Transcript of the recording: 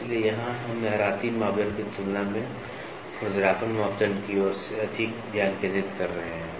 इसलिए यहां हम लहराती मापदण्ड की तुलना में खुरदरापन मापदण्ड की ओर अधिक ध्यान केंद्रित कर रहे हैं